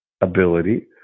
ability